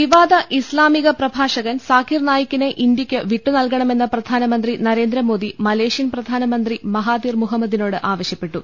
വിവാദ ഇസ്താമിക പ്രഭാഷകൻ സാഖിർ നായിക്കിനെ ഇന്തൃക്കു വിട്ടു നൽകണമെന്ന് പ്രധാനമന്ത്രി നരേന്ദ്രമോദി മലേ ഷ്യൻ പ്രധാനമന്ത്രി മഹാതീർ മുഹമ്മദിനോട് ആവശൃപ്പെട്ടു